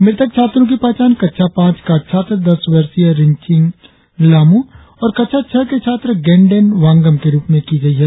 मृतक छात्रों की पहचान कक्षा पांच का छात्र दस वर्षीय रिनचिन ल्हामू और कक्षा छह के छात्र गेनडेन वांगम के रुप में की गई है